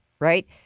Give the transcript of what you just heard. right